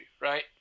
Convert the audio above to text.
right